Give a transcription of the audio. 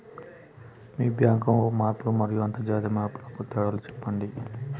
Bank మార్పులు మరియు అంతర్జాతీయ మార్పుల కు తేడాలు సెప్పండి?